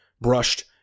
brushed